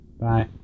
Bye